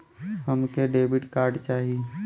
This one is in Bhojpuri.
हमके क्रेडिट कार्ड चाही